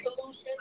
solution